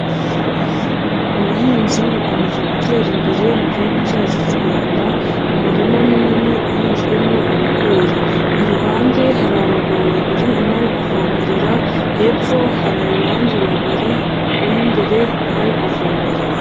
Ubuhinzi bukomeje gutera imbere mu gihugu cyacu cy'u Rwanda, umurima munini uhinzwemo ibigori. Iruhande hari abagabo babiri, umwe ari kuvomerera, hepfo hari abandi babiri, uw'imbere na we ari kuvomerera.